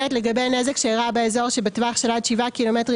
לגבי נזק שאירע באזור שבטווח של עד שבעה קילומטרים